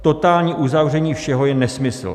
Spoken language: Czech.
Totální uzavření všeho je nesmysl.